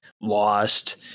lost